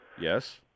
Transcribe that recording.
Yes